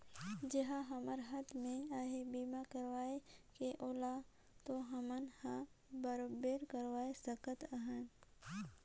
जेहर हमर हात मे अहे बीमा करवाये के ओला तो हमन हर बराबेर करवाये सकत अहन